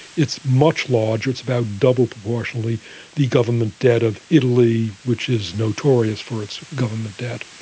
it's much larger, it's about double proportionally the government debt of italy, which is notorious for its government debt.